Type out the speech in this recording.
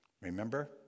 Remember